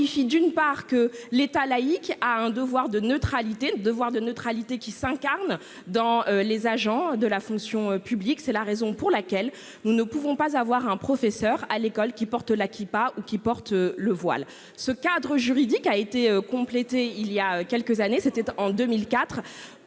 Ce cadre juridique a été complété il y a quelques années, en 2004,